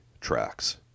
tracks